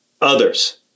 others